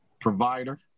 provider